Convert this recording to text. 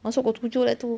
masuk pukul tujuh pula tu